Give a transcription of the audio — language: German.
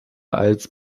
als